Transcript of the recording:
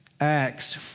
Acts